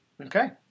Okay